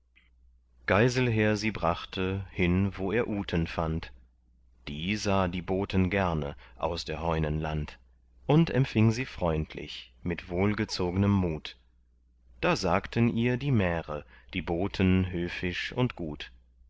geiselher sie brachte hin wo er uten fand die sah die boten gerne aus der heunen land und empfing sie freundlich mit wohlgezognem mut da sagten ihr die märe die boten höfisch und gut